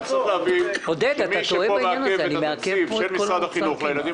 אבל צריך להבין שמי שמעכב את התקציב של משרד החינוך והילדים